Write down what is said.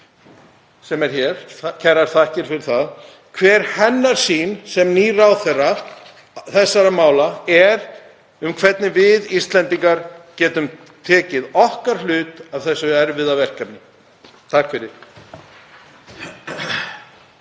sem hér er, kærar þakkir fyrir það, hver sýn hennar sem nýs ráðherra þessara mála er á hvernig við Íslendingar getum tekið okkar hlut af þessu erfiða verkefni. SPEECH_END